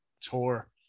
tour